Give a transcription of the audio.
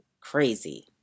crazy